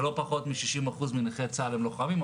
שלא פחות מ-60% מנכי צה"ל הם לוחמים,